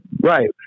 Right